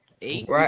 eight